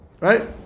Right